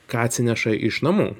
ką atsineša iš namų